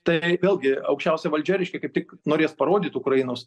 tai vėlgi aukščiausia valdžia reiškia kaip tik norės parodyt tų ukrainos